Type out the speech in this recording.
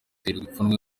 ipfunwe